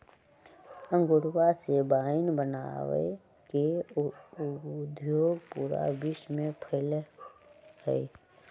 अंगूरवा से वाइन बनावे के उद्योग पूरा विश्व में फैल्ल हई